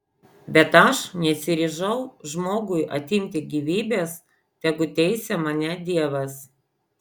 bet aš nesiryžau žmogui atimti gyvybės tegu teisia mane dievas